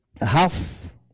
half